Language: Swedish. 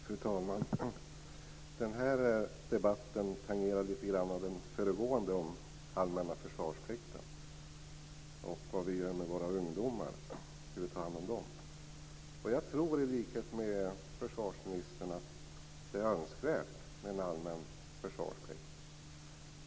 Fru talman! Den här debatten tangerar den föregående om den allmänna försvarsplikten och hur vi tar hand om våra ungdomar. I likhet med försvarsministern tror jag att det är önskvärt med allmän försvarsplikt.